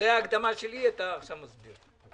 אחרי ההקדמה שלי אתה עכשיו מסביר.